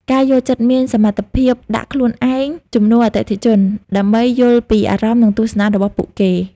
ការយល់ចិត្តមានសមត្ថភាពដាក់ខ្លួនឯងជំនួសអតិថិជន ដើម្បីយល់ពីអារម្មណ៍ និងទស្សនៈរបស់ពួកគេ។